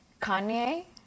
Kanye